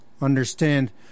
understand